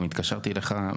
גם התקשרתי אליך,